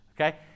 Okay